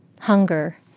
hunger